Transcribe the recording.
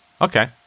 Okay